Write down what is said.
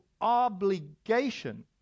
obligation